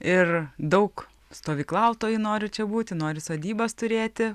ir daug stovyklautojai nori čia būti nori sodybas turėti